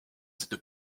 cette